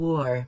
War